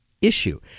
issue